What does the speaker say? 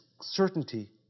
certainty